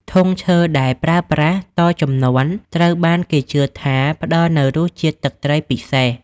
ធុងឈើ ដែលប្រើប្រាស់តជំនាន់ ត្រូវបានគេជឿថាផ្តល់នូវរសជាតិទឹកត្រីពិសេស។